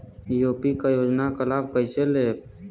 UP क योजना क लाभ कइसे लेब?